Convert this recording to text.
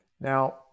Now